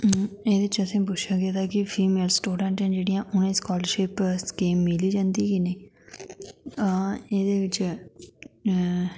एह्दे च असेंगी पुच्छेआ गेदा क फीमेल स्टूडेंट न जेह्ड़ियां उ'नेंगी स्कॉलरशिप स्कीम मिली जंदी की नेईं आं एह्दे बिच